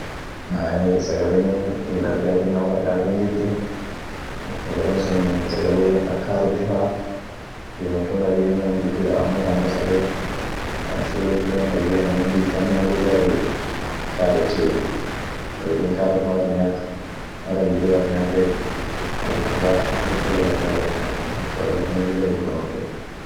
Ahey sagalenii ildargati inama karkaart hinjirti, sagalen sunii sagale ak karoti fa iyo matunda diibinen unum jirti daab amo ta an kasabeek ta an shuletinen dageh aminen diid kantinen lilla dageh karotiey, won yeden karot mal at nyaat, karot birri mal at nyaatet halkan fa ak cholle laf dagarta eden, halkan wo laftinen lilla dukanote.